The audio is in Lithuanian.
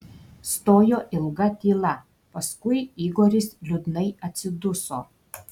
stojo ilga tyla paskui igoris liūdnai atsiduso